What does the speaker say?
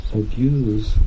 abuse